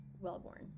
wellborn